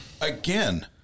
again